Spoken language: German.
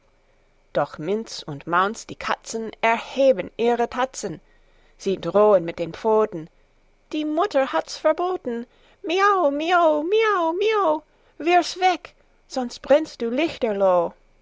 doch minz und maunz die katzen erheben ihre tatzen sie drohen mit den pfoten die mutter hat's verboten miau mio miau mio wirf's weg sonst brennst du lichterloh